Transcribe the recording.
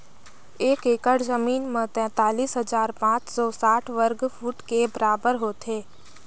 एक एकड़ जमीन तैंतालीस हजार पांच सौ साठ वर्ग फुट के बराबर होथे